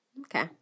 Okay